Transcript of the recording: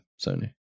Sony